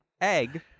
Egg